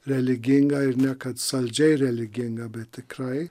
religinga ir ne kad saldžiai religinga bet tikrai